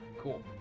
Cool